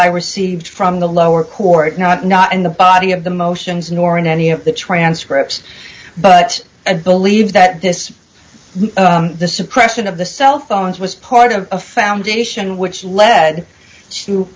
i received from the lower court not not in the body of the motions nor in any of the transcripts but i believe that this the suppression of the cell phones was part of a foundation which led to